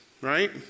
right